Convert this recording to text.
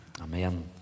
Amen